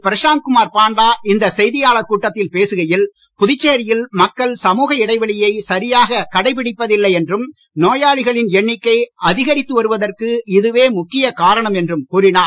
பிரசாந்த்குமார் பாண்டா இந்த செய்தியாளர் கூட்டத்தில் பேசுகையில் புதுச்சேரியில் மக்கள் சமூக இடைவெளியை சரியாகக் கடைபிடிப்பதில்லை என்றும் நோயாளிகளின் எண்ணிக்கை அதிகரித்து வருவதற்கு இதுவே முக்கியக் காரணம் என்றும் கூறினார்